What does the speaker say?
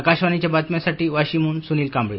आकाशवाणीच्या बातम्यांसाठी वाशीमहन स्नील कांबळे